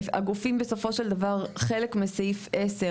חלק מסעיף (10),